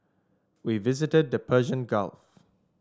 we visited the Persian Gulf